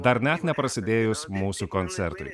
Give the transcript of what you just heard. dar net neprasidėjus mūsų koncertui